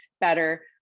better